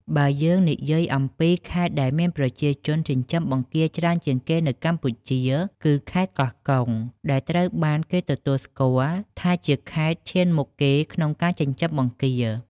បើយើងនិយាយអំពីខេត្តដែលមានប្រជាជនចិញ្ចឹមបង្គាច្រើនជាងគេនៅកម្ពុជា គឺខេត្តកោះកុង ដែលត្រូវបានគេទទួលស្គាល់ថាជាខេត្តឈានមុខគេក្នុងការចិញ្ចឹមបង្គា។